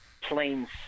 Planes